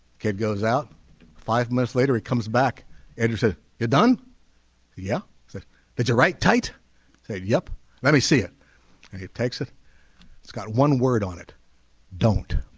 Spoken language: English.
kid goes out five minutes later it comes back and you're said you're done yeah did but you're right tight save yep let me see it it takes it it's got one word on it don't